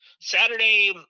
Saturday